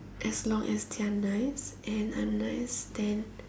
as long as they are nice and I'm nice then